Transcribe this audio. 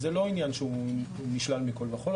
זה לא עניין שהוא נשלל מכל וכול,